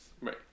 Right